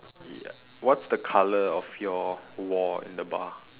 ya what's the colour of your wall in the bar